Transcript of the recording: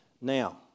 Now